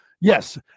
yes